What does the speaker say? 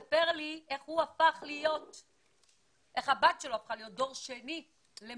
הוא מספר לי איך הבת שלו הפכה להיות דור שני לממתינים.